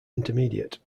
intermediate